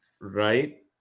Right